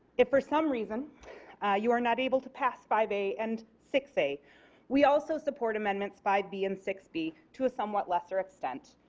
if for some reason you are not able to pass five a and six a we also support amendments five b and six b to a somewhat lesser extent.